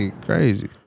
Crazy